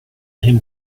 him